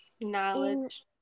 Knowledge